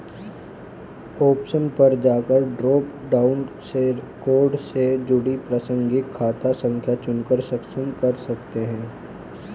option पर जाकर drop down से कार्ड से जुड़ी प्रासंगिक खाता संख्या चुनकर सक्षम कर सकते है